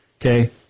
Okay